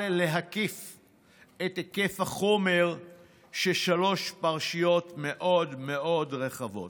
להקיף את החומר של שלוש פרשיות מאוד מאוד רחבות.